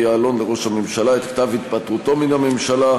יעלון לראש הממשלה את כתב התפטרותו מן הממשלה,